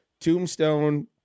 Tombstone